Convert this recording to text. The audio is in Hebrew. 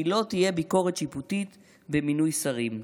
לא תהיה ביקורת שיפוטית במינוי שרים,